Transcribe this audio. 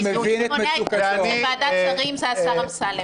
מי שמונע בוועדת שרים זה השר אמסלם.